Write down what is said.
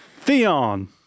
Theon